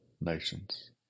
nations